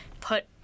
put